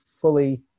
fully